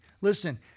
Listen